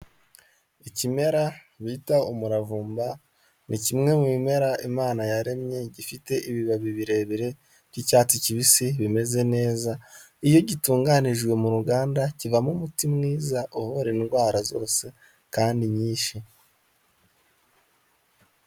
Ikimera bita umuravumba, ni kimwe mu bimera Imana yaremye gifite ibibabi birebire by'icyatsi kibisi bimeze neza, iyo gitunganijwe mu ruganda kivamo umuti mwiza, uvura indwara zose kandi nyinshi.